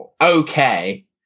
okay